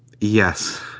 Yes